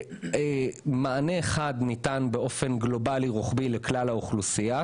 מענה אחד ניתן באופן גלובלי ורוחבי לכלל האוכלוסייה,